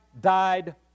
died